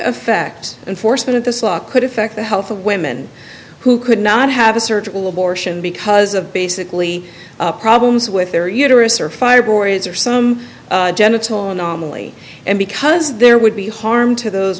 affect enforcement this law could affect the health of women who could not have a surgical abortion because of basically problems with their uterus or fibroids or some genital anomaly and because there would be harm to those